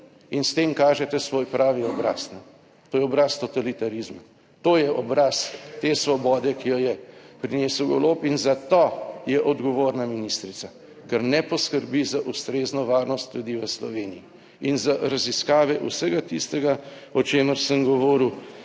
In s tem kažete svoj pravi obraz, to je obraz totalitarizma, to je obraz te svobode, ki jo je prinesel Golob. In za to je odgovorna ministrica, ker ne poskrbi za ustrezno varnost ljudi v Sloveniji in za raziskave vsega tistega, o čemer sem govoril